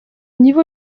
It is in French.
niveau